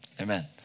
Amen